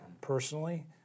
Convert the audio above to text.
personally